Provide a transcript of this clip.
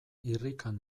irrikan